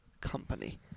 company